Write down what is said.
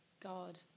God